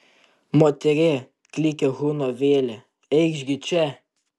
moterie klykė huno vėlė eikš gi čia